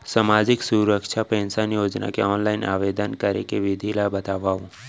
सामाजिक सुरक्षा पेंशन योजना के ऑनलाइन आवेदन करे के विधि ला बतावव